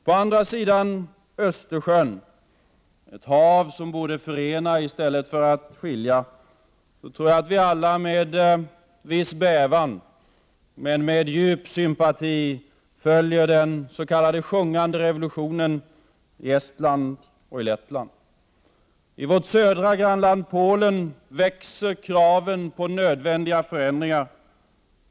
Jag tror att vi alla, med viss bävan men med djup sympati, följer den s.k. sjungande revolutionen i Estland och Lettland, på andra sidan Östersjön — ett hav som borde förena i stället för att skilja. I vårt södra grannland Polen växer kraven på nödvändiga förändringar.